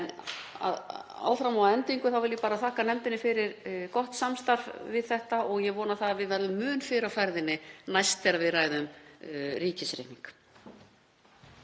En að endingu vil ég bara þakka nefndinni fyrir gott samstarf við þetta og ég vona að við verðum mun fyrr á ferðinni næst þegar við ræðum ríkisreikning.